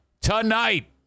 tonight